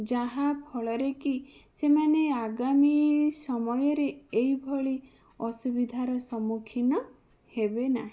ଯାହାଫଳରେ କି ସେମାନେ ଅଗାମି ସମୟରେ ଏହିଭଳି ଅସୁବିଧାର ସମ୍ମୁଖୀନ ହେବେନାହିଁ